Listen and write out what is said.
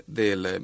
...del